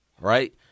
Right